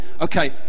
Okay